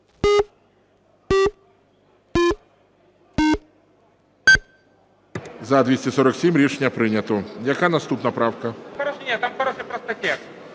За-247 Рішення прийнято. Яка наступна правка?